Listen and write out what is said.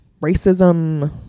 Racism